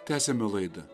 tęsiame laidą